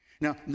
Now